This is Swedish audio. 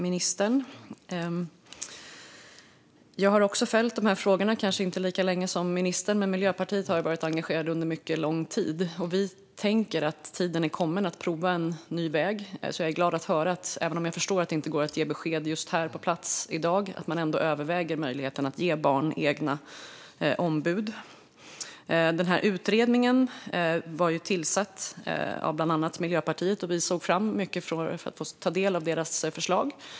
Fru talman! Jag har också följt dessa frågor, kanske inte lika länge som ministern. Men Miljöpartiet har varit engagerade under mycket lång tid, och vi tänker att tiden är kommen att prova en ny väg. Därför är jag glad att höra att man ändå överväger möjligheten att ge barn egna ombud, även om jag förstår att det inte går att ge besked just här i dag. Denna utredning tillsattes av bland annat Miljöpartiet. Vi såg mycket fram emot att ta del av deras förslag.